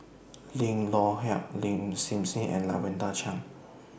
Lim Loh Huat Lin Hsin Hsin and Lavender Chang